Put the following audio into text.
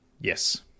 Yes